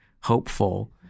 hopeful